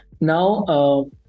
Now